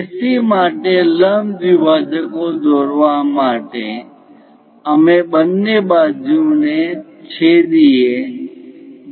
AC માટે લંબ દ્વિભાજકો દોરવા માટે અમે બંને બાજુને છેદે એ